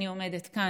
כשאני עומדת כאן,